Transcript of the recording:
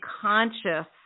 conscious